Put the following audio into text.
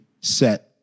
set